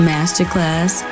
Masterclass